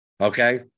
okay